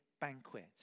banquet